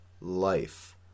life